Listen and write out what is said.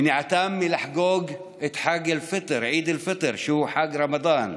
מניעתם מלחגוג את חג עיד אל-פיטר, שהוא חג הרמדאן.